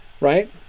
right